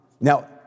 Now